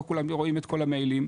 לא כולם רואים את כל המיילים,